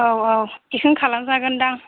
औ औ बेखौनो खालाम जागोन दां